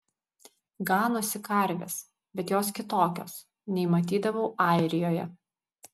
ganosi karvės bet jos kitokios nei matydavau airijoje